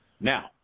Now